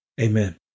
Amen